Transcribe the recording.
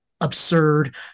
absurd